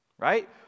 right